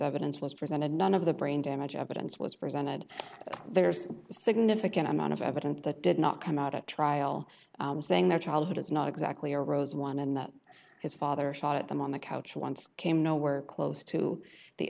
evidence was presented none of the brain damage evidence was presented there's a significant amount of evidence that did not come out at trial saying their childhood is not exactly a rose one and that his father shot at them on the couch once came nowhere close to the